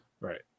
Right